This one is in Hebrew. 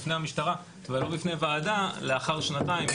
בפני המשטרה ולא בפני וועדה לאחר שנתיים,